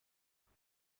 خانه